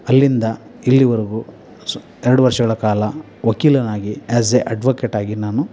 ಅಲ್ಲಿಂದ ಇಲ್ಲಿವರೆಗೂ ಸು ಎರಡು ವರ್ಷಗಳ ಕಾಲ ವಕೀಲನಾಗಿ ಆ್ಯಸ್ ಎ ಅಡ್ವೋಕೇಟಾಗಿ ನಾನು